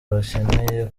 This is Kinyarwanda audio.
bakeneye